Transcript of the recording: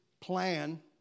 plan